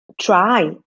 Try